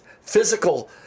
physical